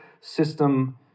system